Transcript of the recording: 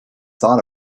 thought